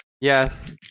yes